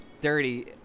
dirty